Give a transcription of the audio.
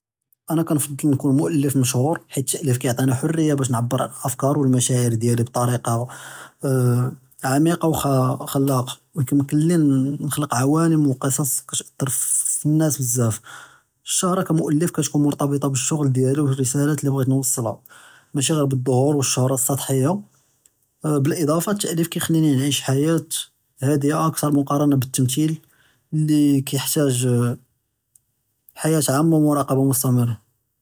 אני כנג׳בּל נكون מוכ׳לף מכשורס חית אלתא׳ليف כיכּליני נבער אלמחשאר דיאלי ביטאריקה עמיقة וכלאקה, וכמה ימכּני נחלוק עולמים וקיסאס כתאּתר פ’ناس בזאף, אלשהרה כמוכ׳לף כתכון מורטבטה ביששעל דיאלי ואלרסלאת לי בעית נוּסלחה מיש ביסבת אד׳’חור ואלשהרה אלסתחהיה, אלאדזאפה אן אלתא׳ليف כיכּליני נعيش חיאת חדיה מקראנה ביטמ’סיל אללי כיחתאג חיאת עאממה ומוראקה מוסטמרה.